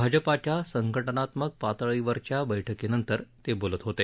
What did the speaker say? भाजपाच्या संघटनात्मक पातळीवरच्या बैठकीनंतर ते बोलत होते